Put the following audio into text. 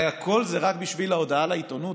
הרי הכול זה רק בשביל ההודעה לעיתונות,